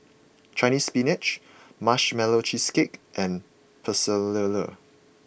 Chinese Spinach Marshmallow Cheesecake and Pecel Lele